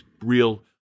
real